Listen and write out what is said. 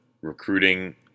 recruiting